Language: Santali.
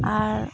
ᱟᱨ